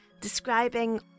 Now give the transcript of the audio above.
describing